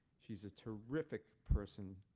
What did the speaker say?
she's a terrific person.